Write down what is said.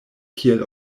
kiel